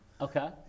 Okay